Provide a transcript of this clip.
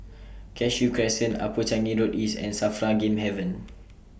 Cashew Crescent Upper Changi Road East and SAFRA Game Haven